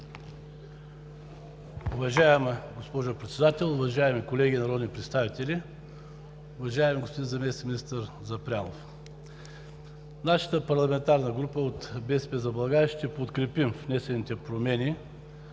Уважаема госпожо Председател, уважаеми колеги народни представители, уважаеми господин заместник-министър Запрянов! Нашата парламентарна група „БСП за България“ ще подкрепи внесените промени